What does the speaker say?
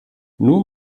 nur